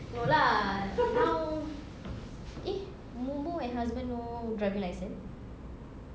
no lah now eh moo moo and husband no driving licence